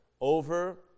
over